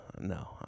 no